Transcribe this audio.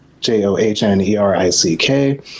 J-O-H-N-E-R-I-C-K